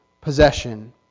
possession